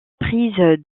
prise